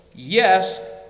Yes